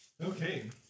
Okay